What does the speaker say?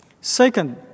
Second